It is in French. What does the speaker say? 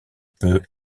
peu